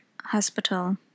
hospital